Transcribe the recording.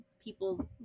people